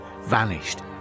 vanished